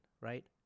right